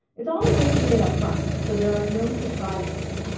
it's all negotiated up front, so there are no surprises.